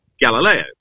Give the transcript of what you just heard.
Galileo